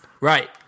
right